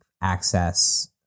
access